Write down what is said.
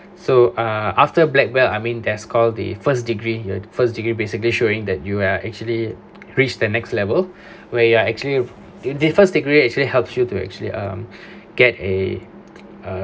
so uh after black belt I mean there's called the first degree your first degree basically showing that you are actually reached the next level where you are actually with the first degree actually helps you to actually um get a um